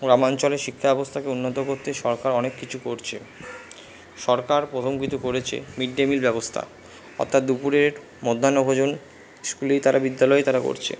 গ্রামাঞ্চলে শিক্ষা ব্যবস্থাকে উন্নত করতে সরকার অনেক কিছু করছে সরকার প্রথম কিছু করেছে মিড ডে মিল ব্যবস্থা অর্থাৎ দুপুরের মধ্যাহ্নভোজন স্কুলেই তারা বিদ্যালয়েই তারা করছে